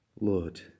Lord